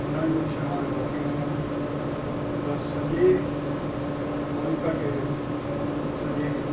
उन्हनि जूं शेवाऊं अची वञनि त सॼे मुल्क खे सॼे